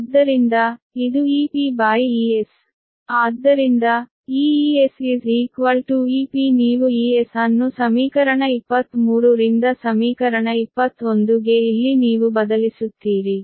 ಆದ್ದರಿಂದ ಈ Es Ep ನೀವು Es ಅನ್ನು ಸಮೀಕರಣ 23 ರಿಂದ ಸಮೀಕರಣ 21 ಗೆ ಇಲ್ಲಿ ನೀವು ಬದಲಿಸುತ್ತೀರಿ